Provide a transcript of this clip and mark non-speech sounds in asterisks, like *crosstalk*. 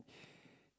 *breath*